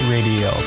Radio